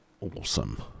Awesome